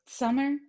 summer